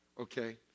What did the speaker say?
Okay